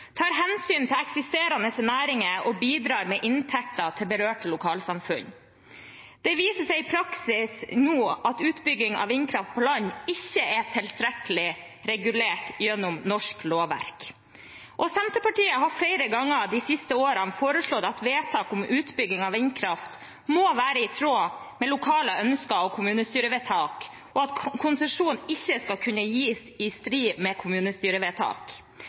tar hensyn til eksisterende næringer og bidrar med inntekter til berørte lokalsamfunn. Det viser seg i praksis nå at utbygging av vindkraft på land ikke er tilstrekkelig regulert gjennom norsk lovverk. Senterpartiet har flere ganger de siste årene foreslått at vedtak om utbygging av vindkraft må være i tråd med lokale ønsker og kommunestyrevedtak, og at konsesjon ikke skal kunne gis i strid med kommunestyrevedtak.